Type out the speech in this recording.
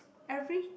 every